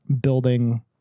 building